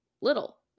little